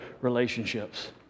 relationships